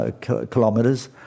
kilometers